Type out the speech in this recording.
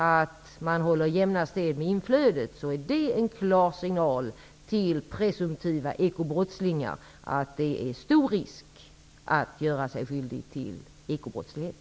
Att man håller jämna steg med inflödet är en klar signal till presumtiva ekobrottslingar att det föreligger stor risk om man gör sig skyldig till ekobrottslighet.